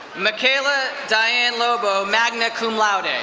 mikaela diane lobo, magna cum laude. and